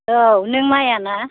hello नों माया ना